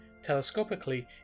Telescopically